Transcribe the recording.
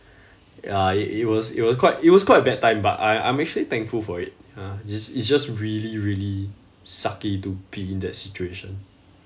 ya i~ it was it was quite it was quite a bad time but I I'm actually thankful for it ha ju~ it's just really really sucky to be in that situation